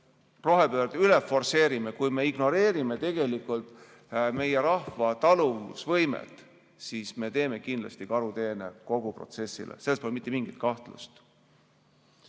rohepööret forsseerime ja ignoreerime meie rahva taluvusvõimet, siis teeme kindlasti karuteene kogu protsessile. Selles pole mitte mingit kahtlust.